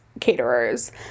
caterers